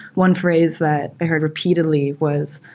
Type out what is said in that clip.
one phrase that i heard repeatedly was,